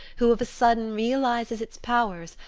who of a sudden realizes its powers,